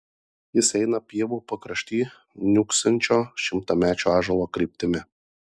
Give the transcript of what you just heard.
jis eina pievų pakrašty niūksančio šimtamečio ąžuolo kryptimi